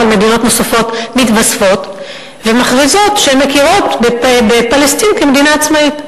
אבל מדינות נוספות מכריזות שהן מכירות בפלסטין כמדינה עצמאית.